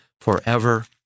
forever